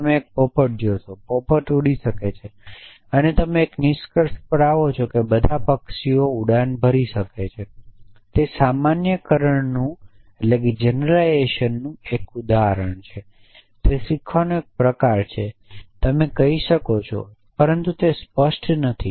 તમે એક પોપટ જોશો પોપટ ઉડી શકે છે અને તમે એક નિષ્કર્ષ પર આવો છો કે બધા પક્ષીઓ આ ઉડાન ભરી શકે છે તે સામાન્યીકરણનું એક પ્રકાર છે તે શીખવાનું એક પ્રકાર છે તમે કહી શકો છો પરંતુ તે સ્પષ્ટ નથી